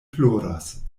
ploras